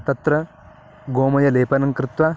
तत्र गोमयलेपनं कृत्वा